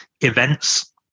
events